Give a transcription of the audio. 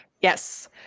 Yes